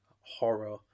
horror